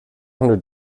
hundred